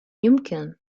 يمكن